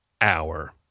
hour